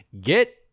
Get